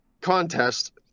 contest